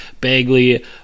bagley